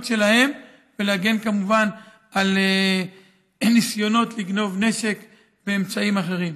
שלהם ולהגן כמובן בניסיונות לגנוב נשק ואמצעים אחרים.